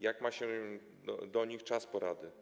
Jak ma się do tego czas porady?